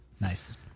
Nice